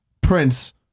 Prince